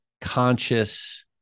conscious